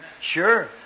Sure